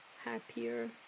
happier